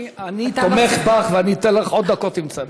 אני תומך בך ואני אתן לך עוד דקות אם צריך.